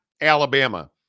Alabama